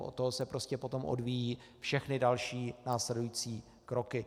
Od toho se prostě potom odvíjejí všechny další následující kroky.